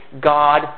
God